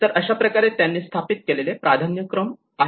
तर अशाप्रकारे त्यांनी स्थापित केलेले प्राधान्यक्रम आहेत